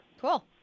Cool